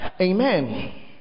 Amen